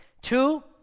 Two